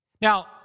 Now